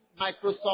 Microsoft